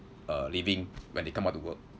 uh living when they come out to work